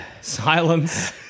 silence